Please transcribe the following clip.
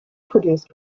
produced